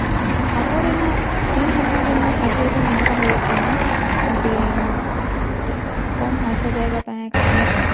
ᱦᱟᱛᱟᱣ ᱨᱮᱱᱟᱜ ᱨᱤᱱ ᱦᱟᱛᱟᱣ ᱨᱮᱱᱟᱜ ᱚᱡᱮ ᱫᱚ ᱱᱚᱝᱠᱟ ᱦᱩᱭᱩᱜ ᱠᱟᱱᱟ ᱡᱮ ᱠᱚᱢ ᱦᱟᱥᱟ ᱡᱟᱭᱜᱟ ᱛᱟᱦᱮᱸ ᱠᱟᱛᱮᱫ